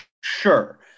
Sure